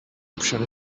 option